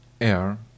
air